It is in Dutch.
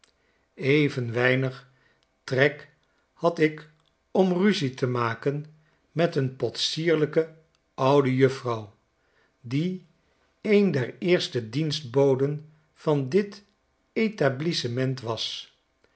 even weinig trek had ik om ruzie te maken met een potsierlijke oude juffrouw die een der eerste dien'stboden van dit etablissement was